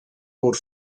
boat